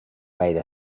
gaire